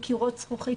קירות זכוכית.